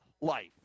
life